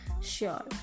Sure